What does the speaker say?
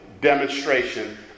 demonstration